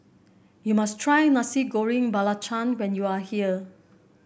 you must try Nasi Goreng Belacan when you are here